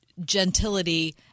gentility